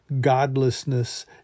godlessness